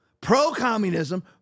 pro-communism